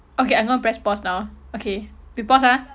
okay I'm gonna press pause now okay we pause ah